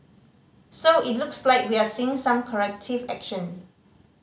so it looks like we are seeing some corrective action